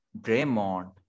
Draymond